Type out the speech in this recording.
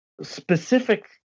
specific